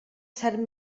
sant